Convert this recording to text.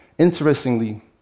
Interestingly